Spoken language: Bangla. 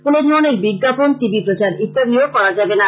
কোনধরনের বিঞ্জাপন টিভি প্রচার ইত্যাদিও করা যাবে না